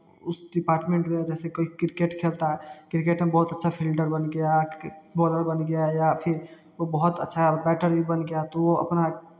उस डिपार्टमेंट में जैसे कोई क्रिकेट खेलता है क्रिकेट हम बहुत अच्छा फील्डर बन गया है बॉलर बन गया या फिर वह बहुत अच्छा है बैटर ही बन गया तो वह अपना